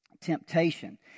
temptation